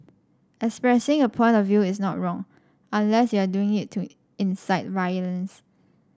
expressing a point of view is not wrong unless you're doing it to incite violence